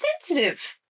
sensitive